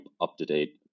up-to-date